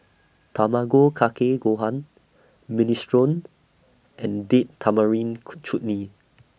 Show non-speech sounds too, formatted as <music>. Tamago Kake Gohan Minestrone and Date Tamarind <unintelligible> Chutney